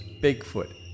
Bigfoot